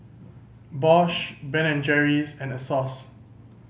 Bosch Ben and Jerry's and Asos